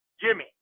Jimmy